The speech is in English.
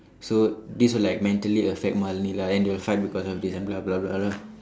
so this will like mentally affect Malene lah and then they will fight because of this and blah blah blah blah